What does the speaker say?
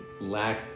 lack